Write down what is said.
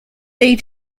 they